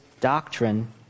doctrine